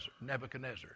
Nebuchadnezzar